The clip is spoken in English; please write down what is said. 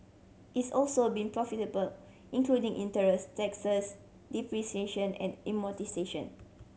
it's also been profitable including interest taxes depreciation and amortisation